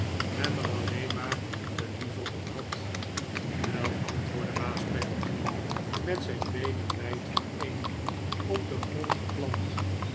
hem er alleen maar te liever om had wel antwoordde baas peggotty met zijn beenen wijd vaneen op den grond geplant